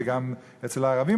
וגם אצל הערבים,